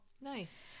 Nice